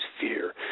fear